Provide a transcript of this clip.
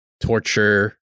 torture